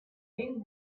thin